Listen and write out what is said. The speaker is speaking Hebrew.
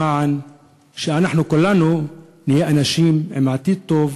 למען שאנחנו כולנו נהיה אנשים עם עתיד טוב,